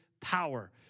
power